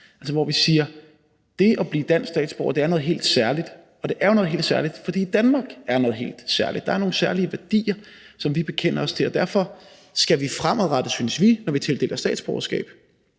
altså hvor vi siger, at det at blive dansk statsborger, er noget helt særligt, og det er jo noget helt særligt, fordi Danmark er noget helt særligt. Der er nogle særlige værdier, som vi bekender os til, og derfor skal vi fremadrettet, synes vi, når vi tildeler statsborgerskab,